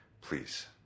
Please